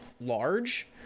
large